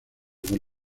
del